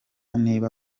niba